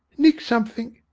nicked somethink.